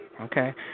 okay